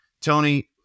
Tony